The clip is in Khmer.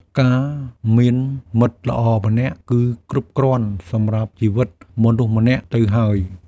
ការមានមិត្តល្អម្នាក់ គឺគ្រប់គ្រាន់សម្រាប់ជីវិតមនុស្សម្នាក់ទៅហើយ។